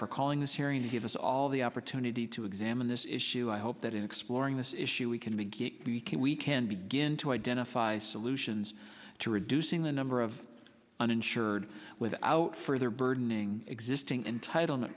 for calling this hearing to give us all the opportunity to examine this issue i hope that in exploring this issue we can begin we can begin to identify solutions to reducing the number of uninsured without further burdening existing entitlement